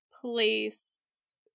place